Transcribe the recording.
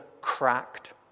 cracked